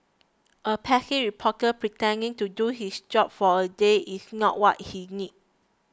a pesky reporter pretending to do his job for a day is not what he needs